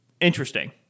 Interesting